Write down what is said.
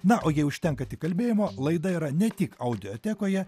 na o jai užtenka tik kalbėjimo laida yra ne tik audiotekoje